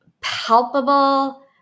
palpable